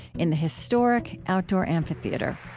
in the historic outdoor amphitheater